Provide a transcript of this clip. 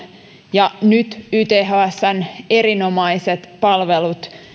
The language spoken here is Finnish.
ja nyt ythsn erinomaiset palvelut